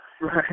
Right